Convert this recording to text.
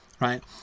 right